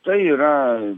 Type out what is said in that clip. tai yra